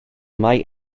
mai